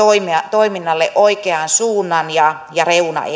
toiminnalle oikean suunnan ja ja reunaehdot